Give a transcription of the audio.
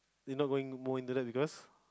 you not going more in to that because